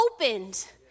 opened